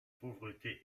pauvreté